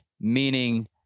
Meaning